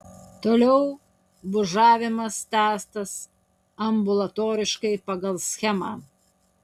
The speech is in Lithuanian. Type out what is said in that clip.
toliau bužavimas tęstas ambulatoriškai pagal schemą